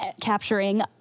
capturing